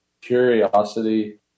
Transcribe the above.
curiosity